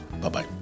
Bye-bye